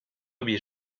bir